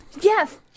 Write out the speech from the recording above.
Yes